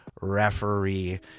referee